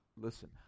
listen